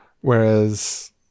Whereas